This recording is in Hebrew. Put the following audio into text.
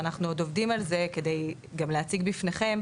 ואנחנו עוד עובדים על זה כדי גם להציג בפניכם,